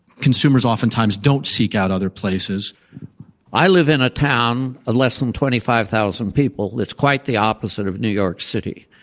consumers oftentimes don't seek out other places i live in a town of less than twenty five thousand people. it's quite the opposite of new york city.